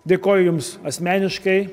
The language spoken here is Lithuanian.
dėkoju jums asmeniškai